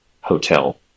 hotel